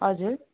हजुर